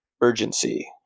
urgency